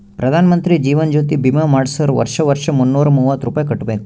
ಪ್ರಧಾನ್ ಮಂತ್ರಿ ಜೀವನ್ ಜ್ಯೋತಿ ಭೀಮಾ ಮಾಡ್ಸುರ್ ವರ್ಷಾ ವರ್ಷಾ ಮುನ್ನೂರ ಮೂವತ್ತ ರುಪಾಯಿ ಕಟ್ಬಬೇಕ್